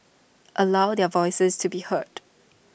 allow their voices to be heard